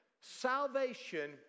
salvation